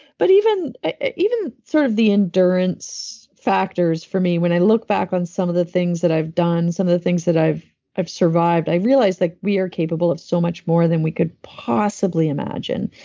but even even sort of the endurance factors for me, when i look back on some of the things i've done, some of the things that i've i've survived, i realize like we are capable of so much more than we could possibly imagine.